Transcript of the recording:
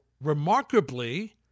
remarkably